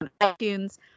iTunes